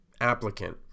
applicant